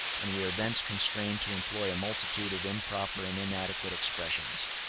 and we are thence constrained to employ a multitude of improper and inadequate expressions.